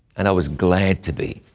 and i was glad to be.